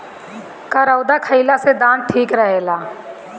करौदा खईला से दांत ठीक रहेला